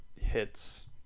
hits